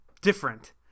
different